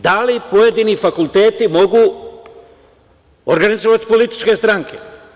Da li pojedini fakulteti mogu organizovati političke stranke?